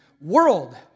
world